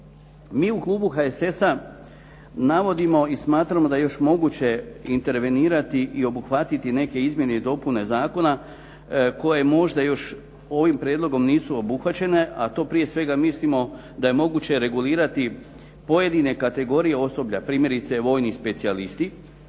Mi u klubu HSS-a navodimo i smatramo da je još moguće intervenirati i obuhvatiti neke izmjene i dopune zakona koje možda još ovim prijedlogom nisu obuhvaćene. A to prije svega mislimo da je moguće regulirati pojedine kategorije osoblja, primjerice vojni specijalisti,